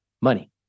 money